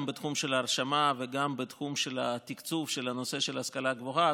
גם בתחום של ההרשמה וגם בתחום של התקצוב של הנושא של ההשכלה הגבוהה,